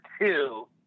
two